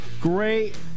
Great